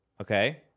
Okay